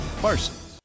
Parsons